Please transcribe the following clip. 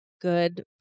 good